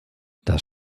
das